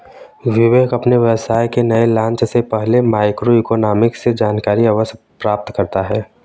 विवेक अपने व्यवसाय के नए लॉन्च से पहले माइक्रो इकोनॉमिक्स से जानकारी अवश्य प्राप्त करता है